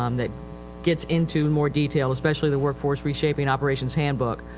um that gets into in more detail, especially the workforce reshaping operations handbook.